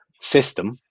system